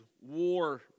war